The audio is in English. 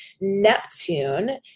Neptune